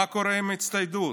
מה קורה עם ההצטיידות?